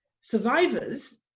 survivors